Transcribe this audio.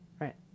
Right